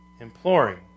Imploring